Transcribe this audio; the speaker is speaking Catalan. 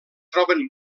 troben